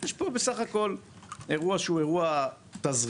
יש פה בסך הכול אירוע שהוא אירוע תזרימי